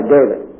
David